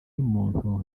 y’umuntu